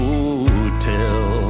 Hotel